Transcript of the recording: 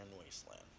wasteland